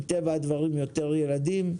מטבע הדברים יותר ילדים,